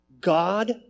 God